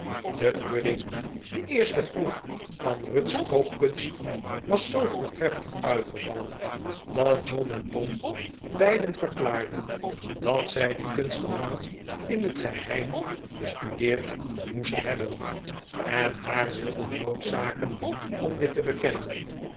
de pudding de eerste proef van ruth's kookkunst was zoo voortreffelijk uitgevallen dat john en tom beiden verklaarden dat zij die kunst al lang in het geheim bestudeerd moest hebben en haar wilden noodzaken om dit te bekennen